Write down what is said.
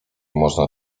można